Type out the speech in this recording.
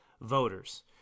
voters